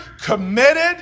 committed